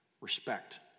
respect